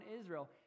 Israel